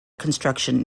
construction